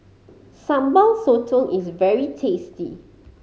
Sambal Sotong is very tasty